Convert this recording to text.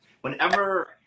whenever